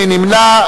מי נמנע?